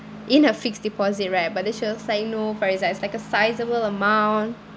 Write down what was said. in her fixed deposit right but then she was like no but it's like it's like a sizable amount